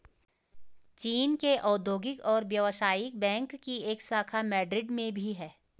चीन के औद्योगिक और व्यवसायिक बैंक की एक शाखा मैड्रिड में भी है